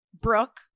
Brooke